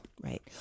Right